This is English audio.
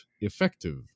effective